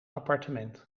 appartement